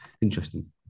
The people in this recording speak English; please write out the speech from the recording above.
interesting